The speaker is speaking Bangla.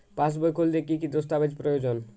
পাসবই খুলতে কি কি দস্তাবেজ প্রয়োজন?